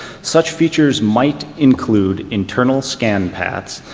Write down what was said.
such features might include internal scan pats,